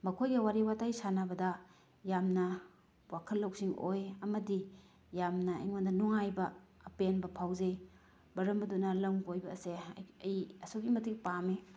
ꯃꯈꯣꯏꯒꯤ ꯋꯥꯔꯤ ꯋꯥꯇꯥꯏ ꯁꯥꯟꯅꯕꯗ ꯌꯥꯝꯅ ꯋꯥꯈꯜ ꯂꯧꯁꯤꯡ ꯑꯣꯏ ꯑꯃꯗꯤ ꯌꯥꯝꯅ ꯑꯩꯉꯣꯟꯗ ꯅꯨꯡꯉꯥꯏꯕ ꯑꯄꯦꯟꯕ ꯐꯥꯎꯖꯩ ꯃꯔꯝ ꯑꯗꯨꯅ ꯂꯝ ꯀꯣꯏꯕ ꯑꯁꯦ ꯑꯩ ꯑꯁꯨꯛꯀꯤ ꯃꯇꯤꯛ ꯄꯥꯝꯃꯤ